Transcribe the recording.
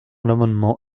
l’amendement